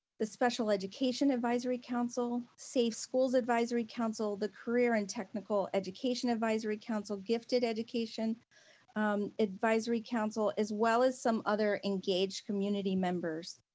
the special education advisory council, safe schools advisory council, the career and technical education advisory council, gifted education advisory council as well as some other engaged community members.